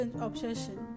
obsession